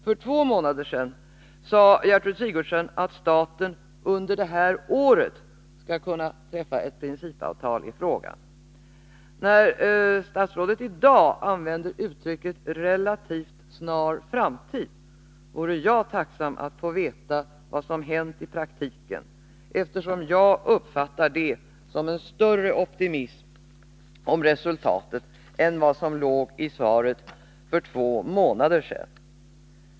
För två månader sedan sade Gertrud Sigurdsen att staten under det här året skall kunna träffa ett principavtal i frågan. När statsrådet i dag använder uttrycket relativt snar framtid vore jag tacksam att få veta vad som har hänt i praktiken, eftersom jag uppfattar det som en större optimism om resultat än vad som låg i svaret för två månader sedan.